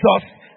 Jesus